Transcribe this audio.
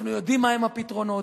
אנחנו יודעים מהם הפתרונות,